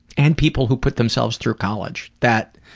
and people who put themselves through college. that,